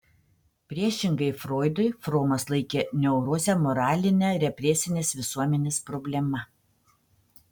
priešingai froidui fromas laikė neurozę moraline represinės visuomenės problema